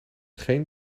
geen